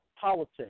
politics